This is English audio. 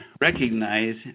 recognize